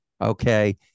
Okay